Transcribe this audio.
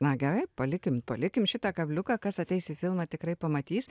na gerai palikim palikim šitą kabliuką kas ateis į filmą tikrai pamatys